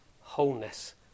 wholeness